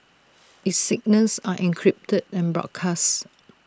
its signals are encrypted and broadcasts